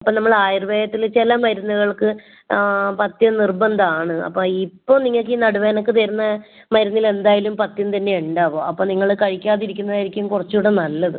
അപ്പോൾ നമ്മൾ ആയുർവേദത്തിൽ ചില മരുന്നുകൾക്ക് പത്ത്യം നിർബന്ധം ആണ് അപ്പോൾ ഇപ്പോൾ നിങ്ങൾക്ക് ഈ നടുവേദനയ്ക്ക് തരുന്ന മരുന്നിൽ എന്തായാലും പത്ത്യം തന്നെയാണ് ഉണ്ടാവുക അപ്പോൾ നിങ്ങൾ കഴിക്കാതിരിക്കുന്നതായിരിക്കും കുറച്ച് കൂടി നല്ലത്